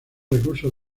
recursos